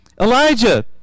elijah